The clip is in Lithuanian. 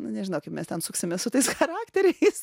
nu nežinau kaip mes ten suksimės su tais charakteriais